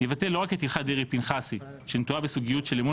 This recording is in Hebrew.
יבטל לא רק את הלכת דרעי-פנחסי שנטועה בסוגיות